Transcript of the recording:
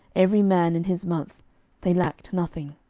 every man in his month they lacked nothing.